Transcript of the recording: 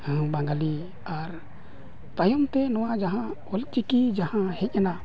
ᱦᱮᱸ ᱵᱟᱝᱜᱟᱞᱤ ᱟᱨ ᱛᱟᱭᱚᱢ ᱛᱮ ᱱᱚᱣᱟ ᱡᱟᱦᱟᱸ ᱚᱞᱪᱤᱠᱤ ᱡᱟᱦᱟᱸ ᱦᱮᱡ ᱮᱱᱟ